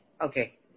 okay